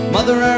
Mother